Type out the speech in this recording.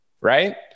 right